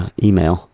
email